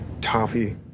toffee